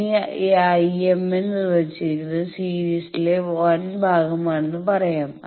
ഇനി IMN നിർമ്മിച്ചിരിക്കുന്നത് series ലെ 1 ഭാഗമാണെന്ന് പറയാം